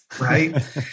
right